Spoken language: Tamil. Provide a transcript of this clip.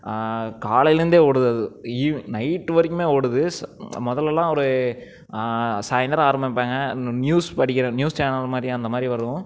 காலைலேருந்தே ஓடுது அது ஈவி நைட்டு வரைக்குமே ஓடுது முதலலாம் ஒரு சாய்ந்திரம் ஆரம்மிப்பாங்க நியூஸ் படிக்கிற நியூஸ் சேனல் மாதிரி அந்த மாதிரி வரும்